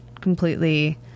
completely